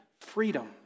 freedom